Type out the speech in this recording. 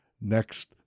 next